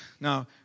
now